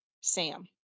sam